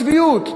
צביעות.